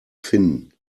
finden